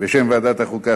בשם ועדת החוקה,